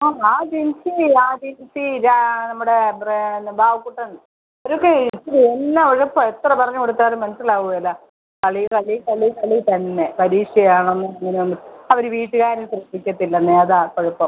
ആ ആ ജിൻസി ആ ജിൻസി നമ്മുടെ പിന്നെ ബാബുകുട്ടൻ അവരൊക്കെ ഇത് എന്നാ ഉഴപ്പാ എത്ര പറഞ്ഞു കൊടുത്താലും മനസ്സിലാവുകയില്ല കളി കളി കളി കളി തന്നെ പരീക്ഷ ആണെന്നോ അങ്ങനെ ഒന്നും അവർ വീട്ടുകാർ ശ്രദ്ധിക്കത്തില്ലന്നേ അതാണ് കുഴപ്പം